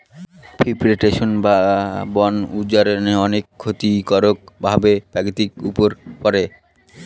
deforestation বা বন উজাড়ের অনেক ক্ষতিকারক প্রভাব প্রকৃতির উপর পড়ে